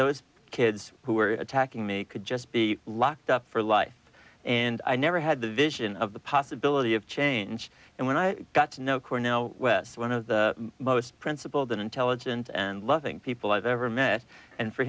those kids who were attacking me could just be locked up for life and i never had the vision of the possibility of change and when i got to know cornell west one of the most principled and intelligent and loving people i've ever met and for